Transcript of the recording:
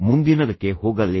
ಮುಂದಿನದಕ್ಕೆ ಹೋಗಲೇ